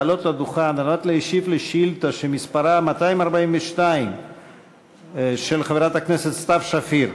לעלות לדוכן ולהשיב על שאילתה שמספרה 242 של חברת הכנסת סתיו שפיר.